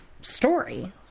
story